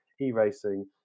e-racing